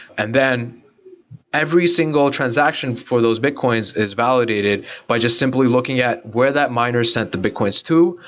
and then every single transaction for those bitcoins is validated by just simply looking at where that miner sent the bitcoins to.